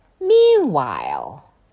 Meanwhile